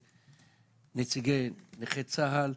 נציגי נכי צה"ל,